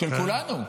של כולנו.